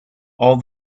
all